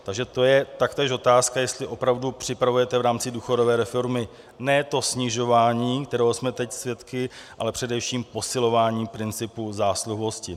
Takže to je taktéž otázka, jestli opravdu připravujete v rámci důchodové reformy ne to snižování, kterého jsme teď svědky, ale především posilování principu zásluhovosti.